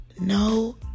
No